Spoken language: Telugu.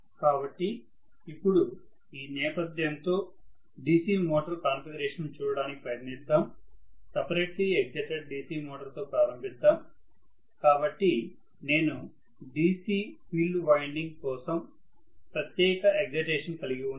కాబట్టి ఇప్పుడు ఈ నేపథ్యంతో DC మోటారు కాన్ఫిగరేషన్ను చూడటానికి ప్రయత్నిద్దాం సపరేట్లీ ఎగ్జైటెడ్ DC మోటారుతో ప్రారంభిద్దాం కాబట్టి నేను DC ఫీల్డ్ వైండింగ్ కోసం ప్రత్యేక ఎగ్జైటేషన్ కలిగి ఉంటాను